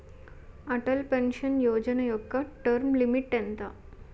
Atal pension Yojana యెక్క term limit ఎంత?